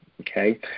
okay